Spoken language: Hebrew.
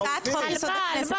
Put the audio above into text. על מה?